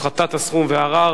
הפחתת הסכום וערר),